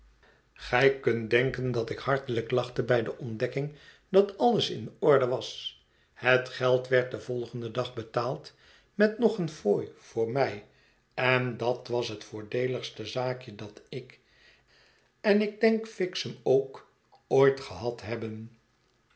gij kunt denken dat ik harteiijk lachte bij de ontdekking dat alles in orde was het geld werd den volgenden dag betaald met nog een fooi voor mij en dat was het voordeeligste zaakje dat ik en ik denk fixem ook ooit gehad hebben